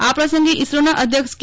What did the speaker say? આ પ્રસંગે ઇસરોના અધ્યક્ષ કે